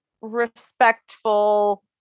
respectful